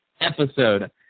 episode